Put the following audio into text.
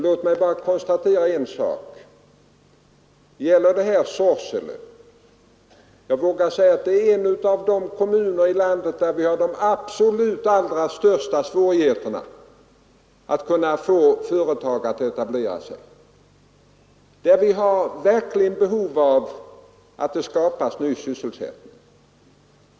Låt mig bara konstatera en sak: Detta gäller Sorsele, och jag vågar påstå att det är en av de kommuner i landet där man har de absolut största svårigheterna att få företag att etablera sig. Där finns verkligen ett behov av att det skapas ny sysselsättning.